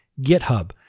GitHub